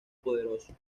poderoso